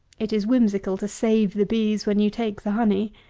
it is whimsical to save the bees when you take the honey.